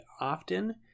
often